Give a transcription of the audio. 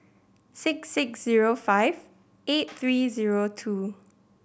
six six zero five eight three zero two